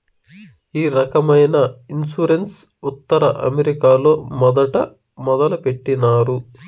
ఈ రకమైన ఇన్సూరెన్స్ ఉత్తర అమెరికాలో మొదట మొదలుపెట్టినారు